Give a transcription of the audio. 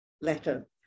letter